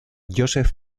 joseph